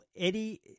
Eddie